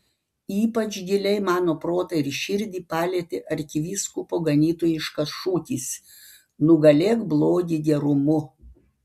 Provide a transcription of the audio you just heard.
ypač giliai mano protą ir širdį palietė arkivyskupo ganytojiškas šūkis nugalėk blogį gerumu